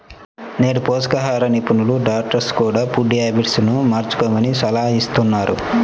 నేడు పోషకాహార నిపుణులు, డాక్టర్స్ కూడ ఫుడ్ హ్యాబిట్స్ ను మార్చుకోమని సలహాలిస్తున్నారు